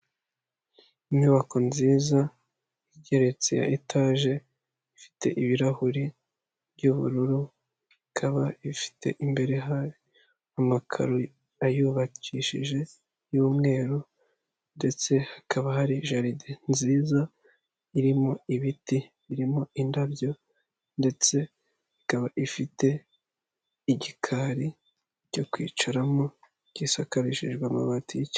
Inyubako nziza igeretse ya etaje, ifite ibirahure by'ubururu, ikaba ifite imbere hayo amakaro ayubakishije y'umweru, indetse hakaba hari jaride nziza irimo ibiti, irimo indabyo, ndetse ikaba ifite igikari cyo kwicaramo gusakarishijwe amabati y'icya...